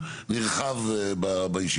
לתפעול.